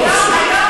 זה לא פשוט.